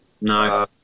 No